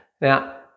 Now